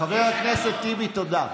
חבר הכנסת טיבי, תודה.